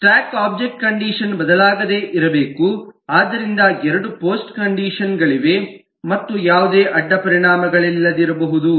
stock object condition ಬದಲಾಗದೆ ಇರಬೇಕು ಆದ್ದರಿಂದ ಎರಡು ಪೋಸ್ಟ್ ಕಂಡಿಷನ್ ಗಳಿವೆ ಮತ್ತು ಯಾವುದೇ ಅಡ್ಡಪರಿಣಾಮಗಳಿಲ್ಲದಿರಬಹುದು